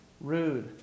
Rude